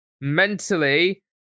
mentally